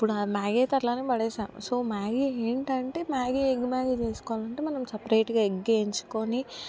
అప్పుడా మ్యాగీ అయితే అట్లానే పడేసా సో మ్యాగీ ఏంటంటే మ్యాగీ ఎగ్ మ్యాగి చేసుకోవాలంటే మనం సెపరేట్గా ఎగ్ వేయించుకొని